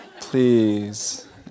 please